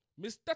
Mr